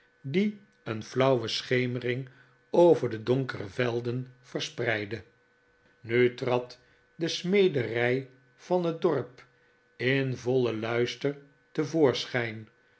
die een flauwe schemering over de donkere velden verspreidden nu trad de smederij van het dorp in vollen luister